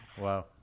Wow